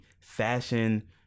fashion